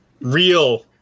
real